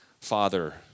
father